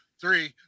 three